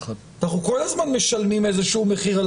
אנחנו כל הזמן משלמים איזה שהוא מחיר על